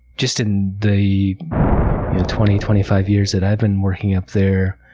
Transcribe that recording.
just in the you know twenty twenty five years that i've been working up there,